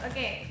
Okay